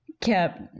kept